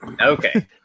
Okay